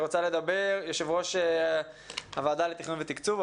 יושבת-ראש הוועדה לתכנון ותקצוב,